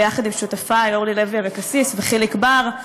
ביחד עם שותפי אורלי לוי אבקסיס וחיליק בר,